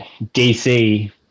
DC